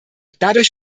dadurch